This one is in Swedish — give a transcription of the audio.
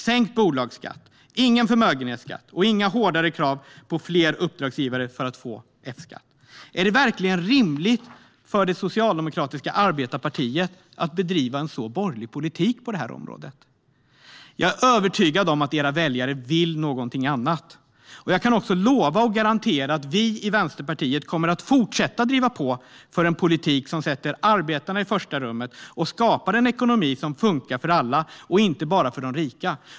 Sänkt bolagsskatt, ingen förmögenhetsskatt och inga hårdare krav på flera uppdragsgivare för att få F-skatt - är det verkligen rimligt för det socialdemokratiska arbetarpartiet att bedriva en sådan borgerlig politik på det här området? Jag är övertygad om att era väljare vill något annat. Jag kan också lova och garantera att vi i Vänsterpartiet kommer att fortsätta driva på för en politik som sätter arbetarna i första rummet och skapar en ekonomi som funkar för alla och inte bara för de rika.